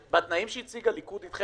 בתנאים שהציג הליכוד --- כולה 20 מיליון שקל.